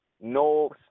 no